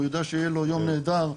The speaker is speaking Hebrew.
הוא יודע שיהיה לו יום נהדר,